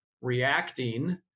reacting